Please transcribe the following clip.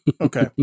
okay